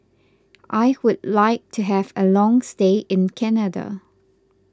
I would like to have a long stay in Canada